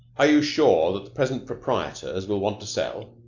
are you sure that the present proprietors will want to sell?